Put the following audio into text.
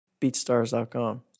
BeatStars.com